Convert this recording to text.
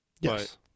Yes